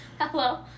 hello